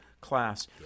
class